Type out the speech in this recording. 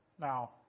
Now